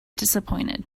disappointed